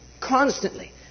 Constantly